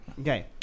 Okay